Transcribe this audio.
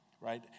right